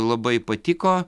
labai patiko